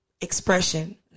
expression